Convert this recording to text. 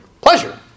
Pleasure